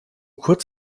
kurz